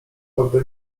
aby